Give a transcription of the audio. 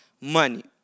money